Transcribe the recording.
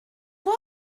toi